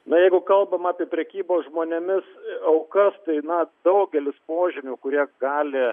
na jeigu kalbam apie prekybos žmonėmis aukas tai na daugelis požymių kurie gali